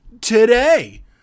today